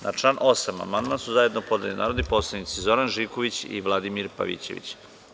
Na član 8. amandman su zajedno podneli narodni poslanici Zoran Živković i Vladimir Pavićević.